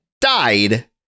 died